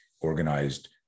organized